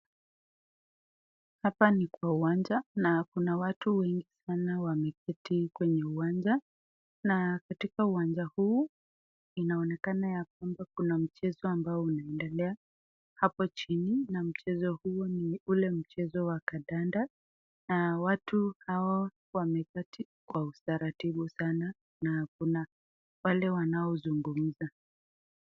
Hapa ni kwa uwanja na kuna watu wengi sana wameketi kwenye uwanja na katika uwanja huu inaonekana ya kwamba kuna mchezo ambao unaendelea hapo chini na mchezo huu ni ule mchezo wa kandanda na watu hao wameketi kwa utaratibu sana na kuna wale wanaozungumza.